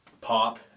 Pop